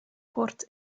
port